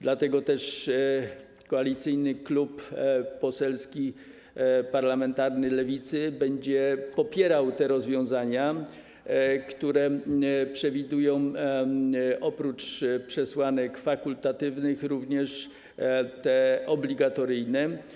Dlatego też Koalicyjny Klub Parlamentarny Lewicy będzie popierał te rozwiązania, które przewidują oprócz przesłanek fakultatywnych również obligatoryjne.